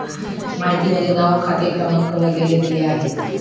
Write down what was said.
माहितीमध्ये नाव खाते क्रमांक वगैरे दिले आहेत